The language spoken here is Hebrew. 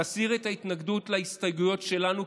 תסיר את ההתנגדות להסתייגויות שלנו,